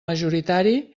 majoritari